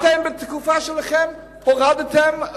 אתם בתקופה שלכם הורדתם,